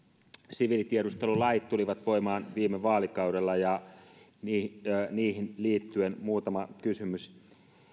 siviilitiedustelulait tulivat voimaan viime vaalikaudella ja niihin niihin liittyen muutama kysymys